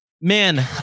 man